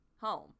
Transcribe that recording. home